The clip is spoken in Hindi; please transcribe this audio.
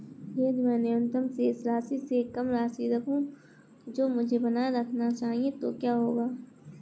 यदि मैं न्यूनतम शेष राशि से कम राशि रखूं जो मुझे बनाए रखना चाहिए तो क्या होगा?